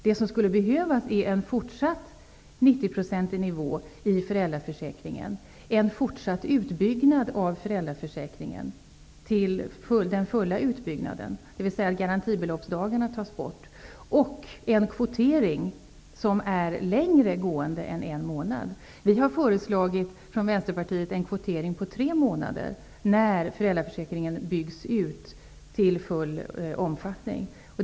Det som skulle behövas är en bibehållen ersättningsnivå på 90 % i föräldraförsäkringen, en fortsatt utbyggnad av föräldraförsäkringen till full omfattning, dvs. att garantibeloppsdagarna tas bort, och en kvotering som går längre än en månad. Vi har från Vänsterpartiet föreslagit en kvotering på tre månader när föräldraförsäkringen byggs ut till full omfattning.